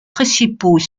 principaux